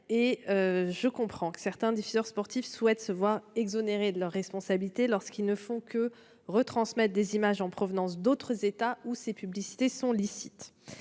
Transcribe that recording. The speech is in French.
Je comprends que certains diffuseurs sportifs souhaitent se voir exonérés de leurs responsabilités lorsqu'ils ne font que retransmettre des images en provenance d'autres États, où ces publicités sont licites.